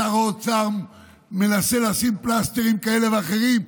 שר האוצר מנסה לשים פלסטרים כאלה ואחרים,